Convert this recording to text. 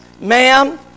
ma'am